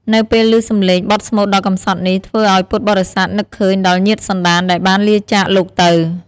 នៅពេលលឺសំឡេងបទស្មូតដ៏កម្សត់នេះ ធ្វើឲ្យពុទ្ធបរិស័ទនឹកឃើញដល់ញាតិសន្តានដែលបានលាចាកលោកទៅ។